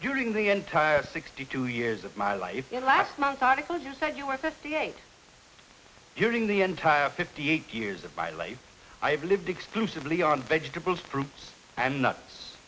during the entire sixty two years of my life when last month article you said you were fifty eight during the entire fifty eight years of my life i have lived exclusively on vegetables fruits and nuts